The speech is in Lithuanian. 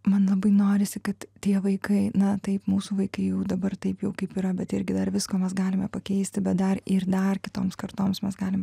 man labai norisi kad tie vaikai na taip mūsų vaikai jau dabar taip jau kaip yra bet irgi dar visko mes galime pakeisti bet dar ir dar kitoms kartoms mes galim